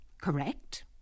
correct